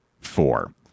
four